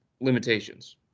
limitations